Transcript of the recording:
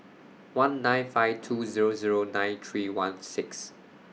one nine five two Zero Zero nine three one six